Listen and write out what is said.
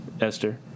Esther